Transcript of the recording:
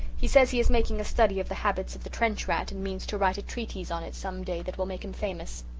he says he is making a study of the habits of the trench rat and means to write a treatise on it some day that will make him famous.